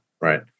Right